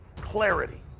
clarity